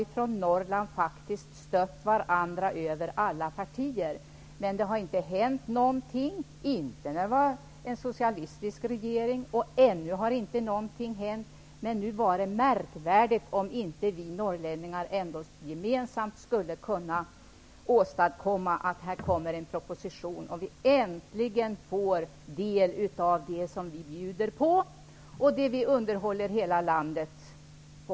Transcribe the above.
Vi från Norrland har stött varandra över alla partigränser. Men det har inte hänt någonting, inte när det var socialistisk regering och inte nu heller. Nog vore det märkvärdigt om vi norrlänningar inte gemensamt skulle kunna åstadkomma att en proposition läggs fram och att vi äntligen får del av det som vi bjuder på och underhåller hela landet med.